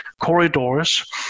corridors